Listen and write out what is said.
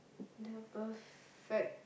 the perfect